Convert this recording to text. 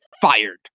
fired